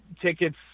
tickets